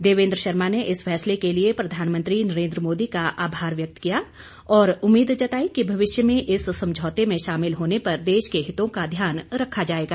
देवेंद्र शर्मा ने इस फैसले के लिए प्रधानमंत्री नरेंद्र मोदी का आभार व्यक्त किया और उम्मीद जताई कि भविष्य में इस समझौते में शामिल होने पर देश के हितों का ध्यान रखा जाएगा